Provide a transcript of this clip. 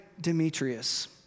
Demetrius